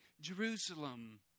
Jerusalem